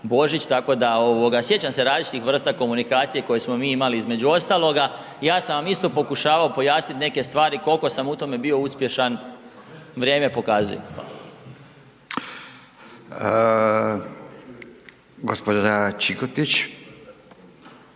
Božić, tako da sjećam se različitih vrsta komunikacije koje smo mi imali između ostaloga. Ja sam vam isto pokušavao pojasniti neke stvari, koliko sam u tome bio uspješan vrijeme pokazuje. Hvala. **Radin,